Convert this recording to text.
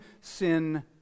sin